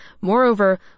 Moreover